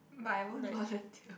but I won't volunteer